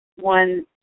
one